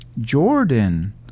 Jordan